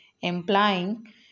implying